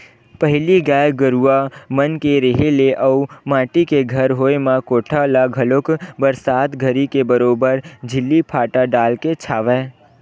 पहिली गाय गरुवा मन के रेहे ले अउ माटी के घर होय म कोठा ल घलोक बरसात घरी के बरोबर छिल्ली फाटा डालके छावय